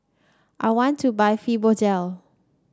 I want to buy Fibogel